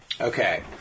Okay